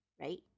right